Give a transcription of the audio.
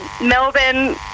Melbourne